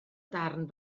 darn